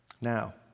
Now